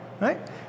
right